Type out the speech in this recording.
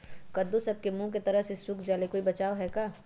कददु सब के मुँह के तरह से सुख जाले कोई बचाव है का?